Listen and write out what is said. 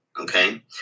Okay